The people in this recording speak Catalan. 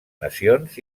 nacions